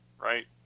Right